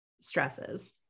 stresses